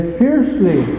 fiercely